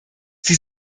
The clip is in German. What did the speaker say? sie